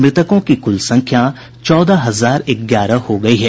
मृतकों की कुल संख्या चौदह हजार ग्यारह हो गई है